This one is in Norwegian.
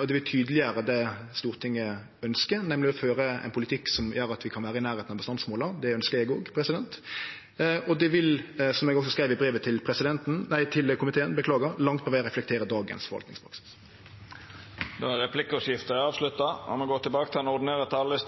og det vil tydeleggjere det Stortinget ønskjer, nemleg å føre ein politikk som gjer at vi kan vere i nærleiken av bestandsmåla. Det ønskjer eg òg. Og det vil, som eg også skreiv i brevet til komiteen, langt på veg reflektere dagens forvaltingspraksis. Replikkordskiftet er avslutta. Dei talarane